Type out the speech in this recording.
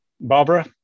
Barbara